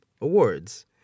awards